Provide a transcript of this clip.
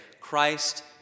Christ